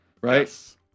right